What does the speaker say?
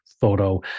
photo